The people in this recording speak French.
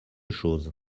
chose